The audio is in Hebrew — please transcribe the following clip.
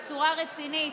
בצורה רצינית.